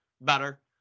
better